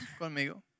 conmigo